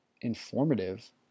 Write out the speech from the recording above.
informative